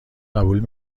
قبول